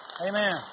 Amen